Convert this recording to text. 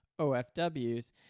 OFWs